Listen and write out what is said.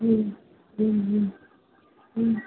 ம் ம் ம் ம்